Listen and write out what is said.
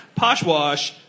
Poshwash